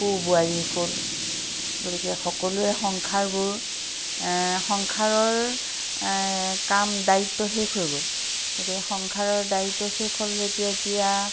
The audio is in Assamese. পো বোৱাৰী হ'ল গতিকে সকলোৰে সংসাৰবোৰ সংসাৰৰ কাম দায়িত্ব শেষ হৈ গ'ল গতিকে সংসাৰৰ দায়িত্ব শেষ হ'ল যেতিয়া এতিয়া